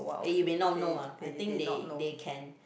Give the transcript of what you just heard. eh you may not know ah I think they they can